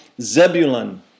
Zebulun